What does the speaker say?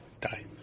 Die